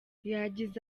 yagize